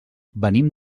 venim